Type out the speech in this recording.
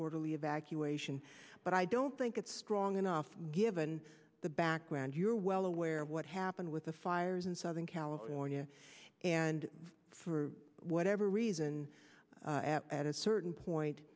orderly evacuation but i don't think it's strong enough given the background you're well aware of what happened with the fires in southern california and for whatever reason at a certain point